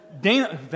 Dana